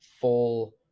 full